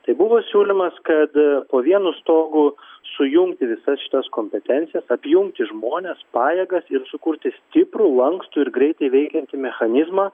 tai buvo siūlymas kad po vienu stogu sujungti visas šitas kompetencijas apjungti žmones pajėgas ir sukurti stiprų lankstų ir greitai veikiantį mechanizmą